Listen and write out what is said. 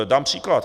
Dám příklad.